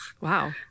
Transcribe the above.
Wow